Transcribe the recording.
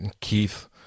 Keith